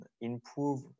improve